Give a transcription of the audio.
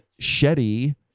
Shetty